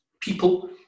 people